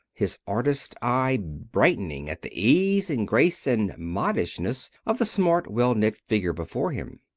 his artist eye brightening at the ease and grace and modishness of the smart, well-knit figure before him.